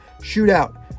shootout